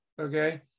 Okay